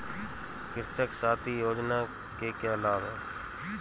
कृषक साथी योजना के क्या लाभ हैं?